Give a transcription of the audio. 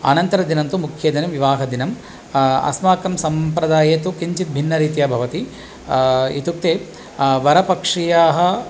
अनन्तरदिनन्तु मुख्यदिनं विवाहदिनम् अस्माकं सम्प्रदाये तु किञ्चित् भिन्नरीत्या भवति इत्युक्ते वरपक्षीयाः